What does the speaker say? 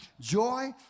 joy